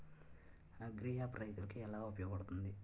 Agri app రైతులకి ఏలా ఉపయోగ పడుతుంది?